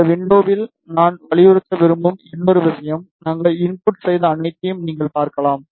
இந்த விண்டோசில் நான் வலியுறுத்த விரும்பும் இன்னொரு விஷயம் நாங்கள் இன்புட் செய்த அனைத்தையும் நீங்கள் பார்க்கலாம்